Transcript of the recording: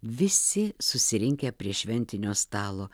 visi susirinkę prie šventinio stalo